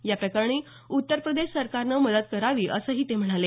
याप्रकरणी उत्तर प्रदेश सरकारनं मदत करावी असंही ते म्हणाले